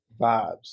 Vibes